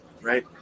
right